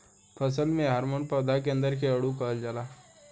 फसल में हॉर्मोन पौधा के अंदर के अणु के कहल जाला